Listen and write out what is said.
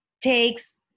takes